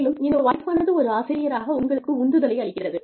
மேலும் இந்த வாய்ப்பானது ஒரு ஆசிரியராக உங்களுக்கு உந்துதலை அளிக்கிறது